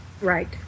Right